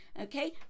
Okay